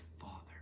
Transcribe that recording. father